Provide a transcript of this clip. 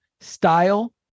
style